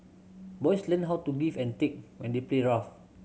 boys learn how to give and take when they play rough